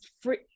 free